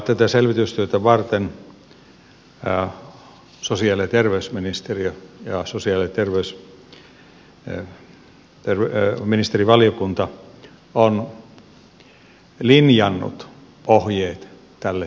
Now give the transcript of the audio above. tätä selvitystyötä varten sosiaali ja terveysministeriö ja sosiaali ja terveyspoliittinen ministerivaliokunta ovat linjanneet ohjeet tälle työlle